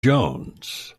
jones